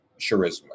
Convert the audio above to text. Charisma